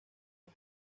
más